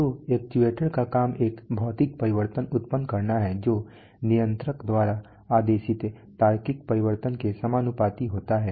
तो एक्चुएटर का काम एक भौतिक परिवर्तन उत्पन्न करना है जो नियंत्रक द्वारा आदेशित तार्किक परिवर्तन के समानुपाती होता है